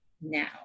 now